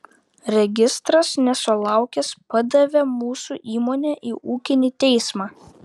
registras nesulaukęs padavė mūsų įmonę į ūkinį teismą